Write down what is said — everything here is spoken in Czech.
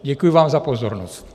Děkuji vám za pozornost.